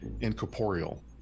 incorporeal